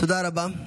תודה רבה.